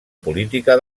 política